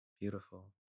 Beautiful